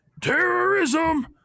terrorism